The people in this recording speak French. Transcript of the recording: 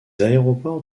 aéroports